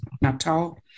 Natal